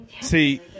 See